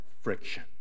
friction